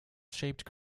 shaped